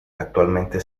actualmente